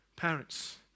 Parents